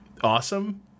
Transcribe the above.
awesome